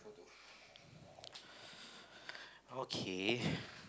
okay